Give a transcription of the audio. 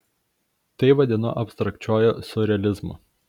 tai vadinu abstrakčiuoju siurrealizmu